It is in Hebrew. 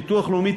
ביטוח לאומי,